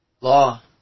Law